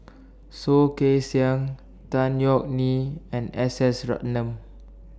Soh Kay Siang Tan Yeok Nee and S S Ratnam